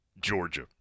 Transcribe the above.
Georgia